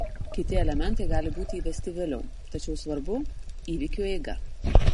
kiti elementai gali būti įvesti vėliau tačiau svarbu įvykių eiga